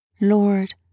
Lord